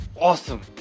Awesome